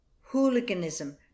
hooliganism